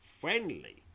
friendly